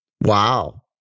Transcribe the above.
Wow